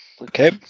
okay